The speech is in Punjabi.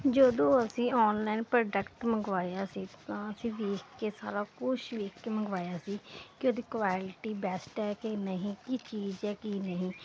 ਜਦੋਂ ਅਸੀਂ ਆਨਲਾਈਨ ਪ੍ਰੋਡੈਕਟ ਮੰਗਾਇਆ ਸੀ ਤਾਂ ਵੇਖ ਕੇ ਸਾਰਾ ਕੁਝ ਵੇਖ ਕੇ ਮੰਗਵਾਇਆ ਸੀ ਕਿ ਉਹਦਾ ਕੁਆਇਲਟੀ ਬੈਸਟ ਹੈ ਕਿ ਨਹੀਂ ਕੀ ਚੀਜ਼ ਹੈ ਕੀ ਨਹੀਂ